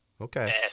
Okay